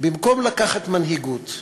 במקום לקחת מנהיגות,